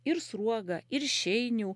ir sruogą ir šeinių